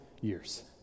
years